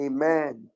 Amen